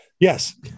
Yes